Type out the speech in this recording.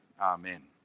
Amen